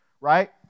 right